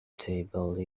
table